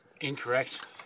Incorrect